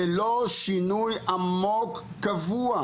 ללא שינוי עמוק וקבוע